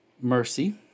mercy